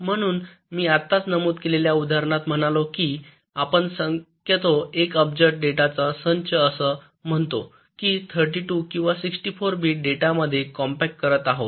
म्हणून मी आत्ताच नमूद केलेल्या उदाहरणात म्हणालो की आपण शक्यतो 1 अब्ज डेटाचा संच असं म्हणतो कि 32 किंवा 64 बिट डेटा मध्ये कॉम्पॅक्ट करत आहोत